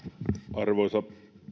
arvoisa